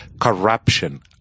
corruption